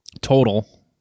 total